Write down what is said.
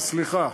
סליחה,